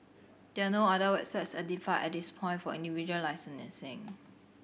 there are no other websites identified at this point for individual